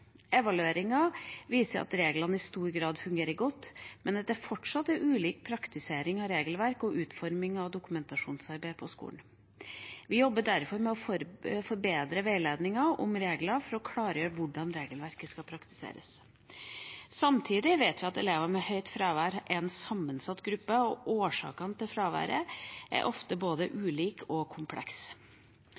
viser at reglene i stor grad fungerer godt, men at det fortsatt er ulik praktisering av regelverket og utfordringer i dokumentasjonsarbeidet på skolene. Vi jobber derfor med å forbedre veiledningen om reglene for å klargjøre hvordan regelverket skal praktiseres. Samtidig vet vi at elever med høyt fravær er en sammensatt gruppe, og årsakene til fraværet er ofte både ulike og